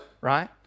right